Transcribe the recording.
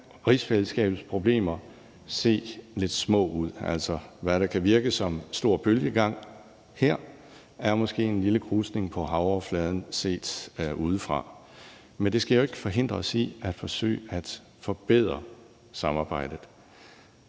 rigsfællesskabets problemer se lidt små ud. Hvad der kan virke som høj bølgegang her, er måske en lille krusning på havoverfladen set udefra. Men det skal ikke forhindre os i at forsøge at forbedre samarbejdet,